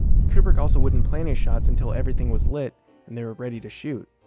kubrick also wouldn't plan his shots until everything was lit and they were ready to shoot.